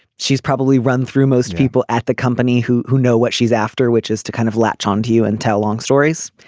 she's probably run through most people at the company who who know what she's after which is to kind of latch on to you and tell long stories.